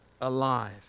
alive